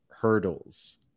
hurdles